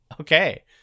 Okay